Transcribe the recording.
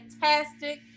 fantastic